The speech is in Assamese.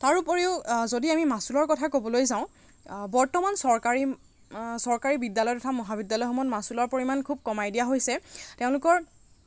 তাৰোপৰিও যদি আমি মাচুলৰ কথা ক'বলৈ যাওঁ বৰ্তমান চৰকাৰী চৰকাৰী বিদ্যালয় তথা মহাবিদ্যালয়সমূহত মাচুলৰ পৰিমাণ খুব কমাই দিয়া হৈছে তেওঁলোকৰ